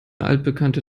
altbekannte